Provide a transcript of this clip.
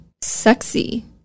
sexy